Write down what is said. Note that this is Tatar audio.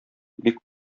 бик